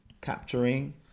capturing